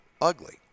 Ugly